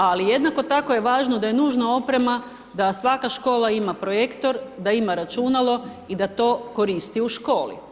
Ali, jednako tako je važno da je nužna oprema, da svaka škola ima projektor, da ima računalno i da to koristi u školi.